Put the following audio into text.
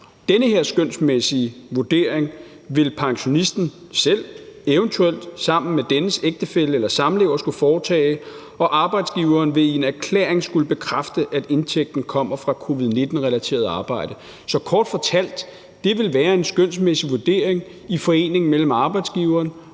Denne skønsmæssige vurdering vil pensionisten selv eventuelt sammen med dennes ægtefælle eller samlever skulle foretage. Arbejdsgiveren vil i en erklæring skulle bekræfte, at indtægten kommer fra covid-19-relateret arbejde.« Så kort fortalt: Det vil være en skønsmæssig vurdering i forening mellem arbejdsgiveren